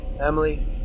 Emily